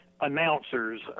announcers